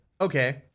Okay